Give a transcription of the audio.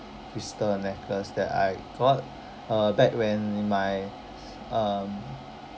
crystal necklace that I got uh back when in my um